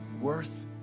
worth